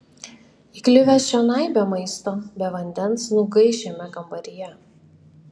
įkliuvęs čionai be maisto be vandens nugaiš šiame kambaryje